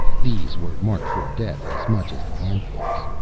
these were marked for death as much as the amphibs.